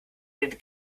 den